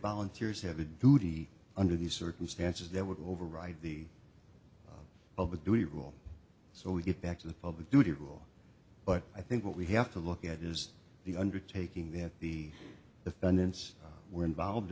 volunteers have a duty under these circumstances that would override the of the dewey rule so we get back to the public duty rule but i think what we have to look at is the undertaking that the defendants were involved